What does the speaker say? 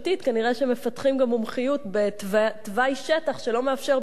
כנראה שהם מפתחים גם מומחיות בתוואי שטח שלא מאפשר בנייה,